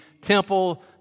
temple